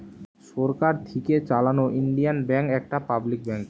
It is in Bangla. সরকার থিকে চালানো ইন্ডিয়ান ব্যাঙ্ক একটা পাবলিক ব্যাঙ্ক